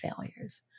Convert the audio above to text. failures